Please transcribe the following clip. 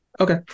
Okay